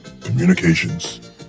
Communications